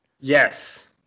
Yes